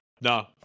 No